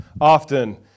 often